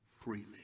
freely